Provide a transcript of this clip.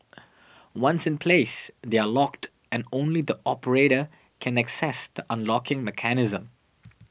once in place they are locked and only the operator can access the unlocking mechanism